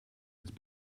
its